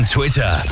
Twitter